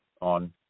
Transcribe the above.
on